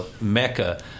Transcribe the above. mecca